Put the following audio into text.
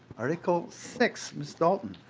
article six ms. dalton.